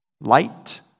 light